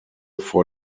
vor